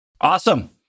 Awesome